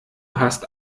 hast